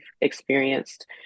experienced